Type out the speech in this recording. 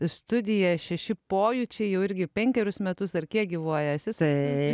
studija šeši pojūčiai jau irgi penkerius metus ar kiek gyvuojantis jisai